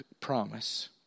promise